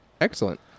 Excellent